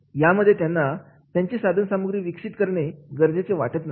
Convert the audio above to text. यामध्ये त्यांना त्यांची साधनसामग्री विकसित करणे गरजेचे वाटत नसते